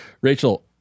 Rachel